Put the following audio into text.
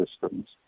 systems